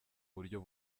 buryo